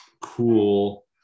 cool